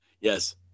Yes